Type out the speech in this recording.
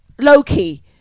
Loki